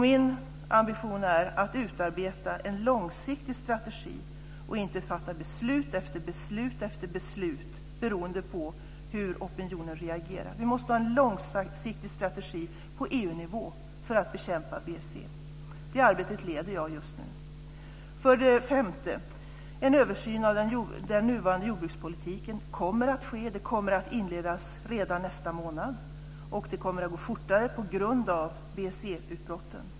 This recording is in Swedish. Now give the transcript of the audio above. Min ambition är att utarbeta en långsiktig strategi i stället för att fatta beslut efter beslut beroende på hur opinionen reagerar. Vi måste ha en långsiktig strategi på EU-nivå för att bekämpa BSE. Det arbetet leder jag just nu. För det femte: En översyn av den nuvarande jordbrukspolitiken kommer att ske. Det kommer att inledas redan nästa månad, och det kommer att gå fortare på grund av BSE-utbrotten.